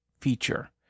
feature